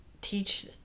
teach